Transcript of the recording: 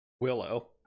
willow